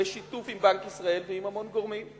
בשיתוף עם בנק ישראל ועם המון גורמים,